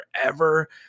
forever